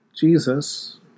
Jesus